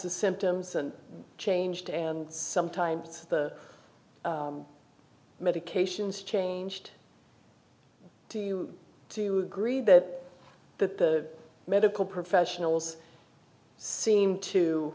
the symptoms and changed and sometimes the medications changed to you do you agree that the medical professionals seem to